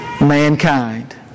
mankind